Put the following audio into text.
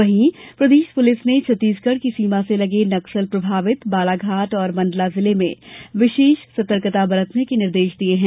वहीं प्रदेश पुलिस ने छत्तीसगढ़ की सीमा से लगे प्रदेश के नक्सल प्रभावित बालाघाट और मंडला जिले में विशेष सतर्कता बरतने के निर्देश दिए हैं